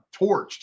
torched